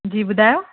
जी ॿुधायो